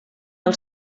del